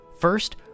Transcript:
First